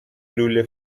لوله